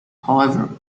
however